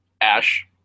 ash